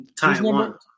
Taiwan